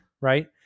Right